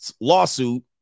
lawsuit